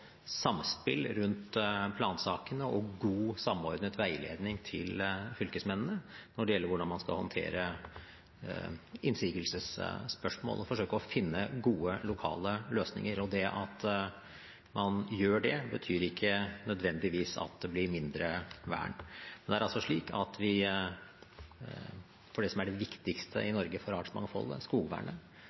samspill rundt plansakene og god samordnet veiledning til fylkesmennene når det gjelder hvordan man skal håndtere innsigelsesspørsmål, og forsøke å finne gode lokale løsninger. Det at man gjør det, betyr ikke nødvendigvis at det blir mindre vern. Det er altså slik at vi for det som er det viktigste i Norge for artsmangfoldet, skogvernet,